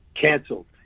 Canceled